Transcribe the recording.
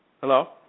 Hello